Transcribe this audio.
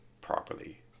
properly